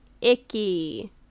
icky